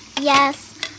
Yes